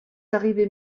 arrivez